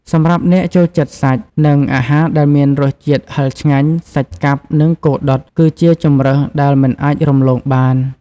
សម្រាប់អ្នកចូលចិត្តសាច់ និងអាហារដែលមានរសជាតិហឹរឆ្ងាញ់ សាច់កាប់ និង គោដុត គឺជាជម្រើសដែលមិនអាចរំលងបាន ។